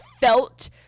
felt